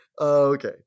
Okay